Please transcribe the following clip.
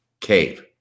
cave